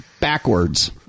backwards